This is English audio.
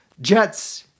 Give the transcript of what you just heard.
Jets